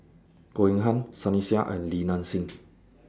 Goh Eng Han Sunny Sia and Li Nanxing